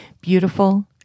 Beautiful